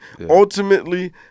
Ultimately